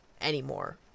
anymore